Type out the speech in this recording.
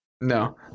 No